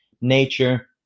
nature